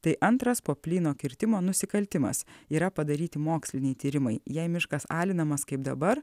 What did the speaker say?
tai antras po plyno kirtimo nusikaltimas yra padaryti moksliniai tyrimai jei miškas alinamas kaip dabar